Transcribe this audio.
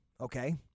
okay